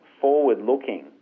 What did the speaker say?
forward-looking